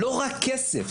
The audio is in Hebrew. לא רק כסף,